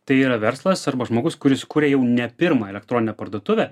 tai yra verslas arba žmogus kuris kuria jau ne pirmą elektroninę parduotuvę